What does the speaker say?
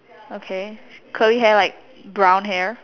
okay curly hair like brown hair